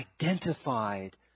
identified